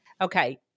okay